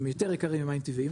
הם יותר יקרים ממים טבעיים,